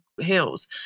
hills